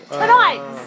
tonight